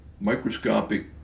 microscopic